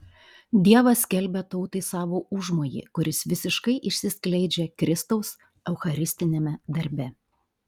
dievas skelbia tautai savo užmojį kuris visiškai išsiskleidžia kristaus eucharistiniame darbe